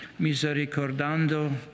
misericordando